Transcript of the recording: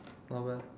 not bad